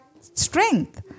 strength